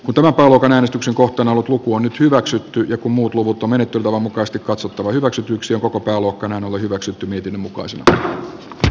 kytevä palokan äänestyksen kohteena ollut luku on nyt hyväksytty ja kun muut luvut on menettelytavan mukaista katsottava hyväksytyksi koko pääluokkanaan ole hyväksytty niityn mukaan siitä se